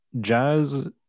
jazz